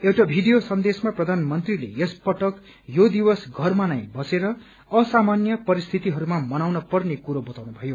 एउटा भीडियो सन्देशमा प्रधानमन्त्रीले यस पटक यो दिवस घरमा नै बसे असामान्य परिस्थितिहरूमा मनाउन पर्ने कुरो बताउनु भयो